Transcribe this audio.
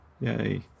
Yay